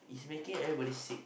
is making everybody sick